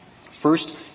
First